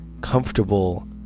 comfortable